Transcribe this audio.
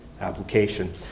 application